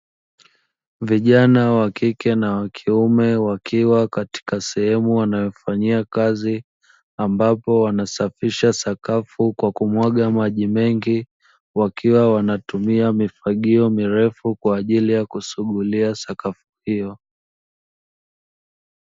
Vijana wa kike na wa kiume wakiwa katika sehemu wanayofanyia kazi, ambapo wanasafisha sakafu kwa kumwaga maji mengi, wakiwa wanatumia mifagio mirefuu kwa ajili ya kusugulia sakafu hiyo.